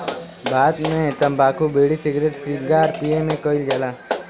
भारत मे तम्बाकू बिड़ी, सिगरेट सिगार पिए मे कइल जाला